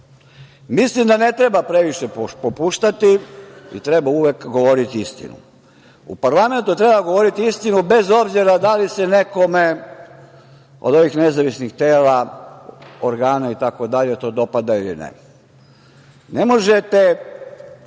Mislim da ne treba previše popuštati i treba uvek govoriti istinu. U parlamentu treba govoriti istinu bez obzira da li se nekome od ovih nezavisnih tela, organa itd. to dopada ili ne. Ne možete